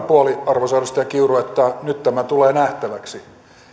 puoli arvoisa edustaja kiuru että nyt tämä tulee nähtäväksi